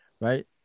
right